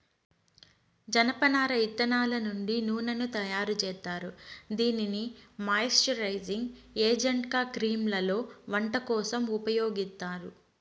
జనపనార ఇత్తనాల నుండి నూనెను తయారు జేత్తారు, దీనిని మాయిశ్చరైజింగ్ ఏజెంట్గా క్రీమ్లలో, వంట కోసం ఉపయోగిత్తారు